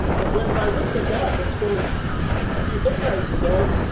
but when they looked about themselves a few decades ago,